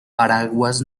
paraguas